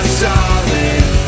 solid